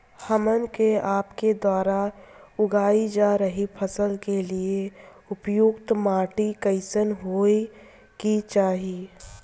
हमन के आपके द्वारा उगाई जा रही फसल के लिए उपयुक्त माटी कईसन होय के चाहीं?